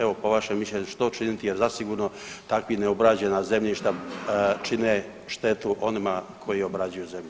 Evo po vašem mišljenju što činiti, jer zasigurno takva obrađena zemljišta čine štetu onima koji obrađuju zemlju.